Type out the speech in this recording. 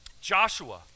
Joshua